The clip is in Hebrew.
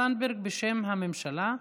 הודעה של השרה תמר זנדברג בשם הממשלה.